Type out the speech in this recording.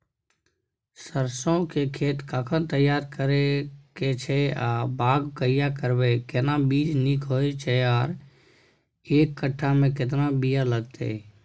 सरसो के खेत कखन तैयार करै के छै आ बाग कहिया करबै, केना बीज नीक होय छै आर एक कट्ठा मे केतना बीया लागतै?